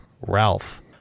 Ralph